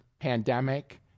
pandemic